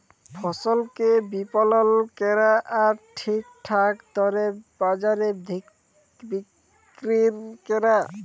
ফসলকে বিপলল ক্যরা আর ঠিকঠাক দরে বাজারে বিক্কিরি ক্যরা